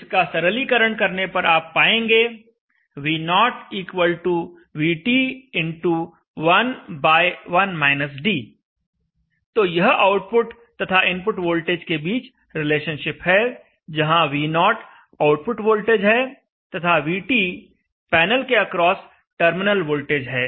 इसका सरलीकरण करने पर आप पाएंगे V0 VT x 1 तो यह आउटपुट तथा इनपुट वोल्टेज के बीच रिलेशनशिप है जहां V0 आउटपुट वोल्टेज है तथा VT पैनल के अक्रॉस टर्मिनल वोल्टेज है